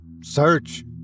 Search